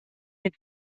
mit